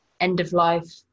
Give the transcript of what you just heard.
end-of-life